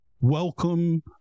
welcome